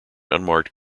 unmarked